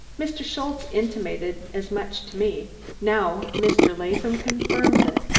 mr. schultze intimated as much to me now mr. latham confirms it.